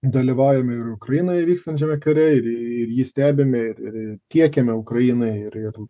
dalyvaujam ir ukrainoje vykstančiame kare ir jį stebime ir ir tiekiame ukrainai ir ir